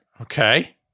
Okay